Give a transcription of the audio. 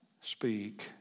speak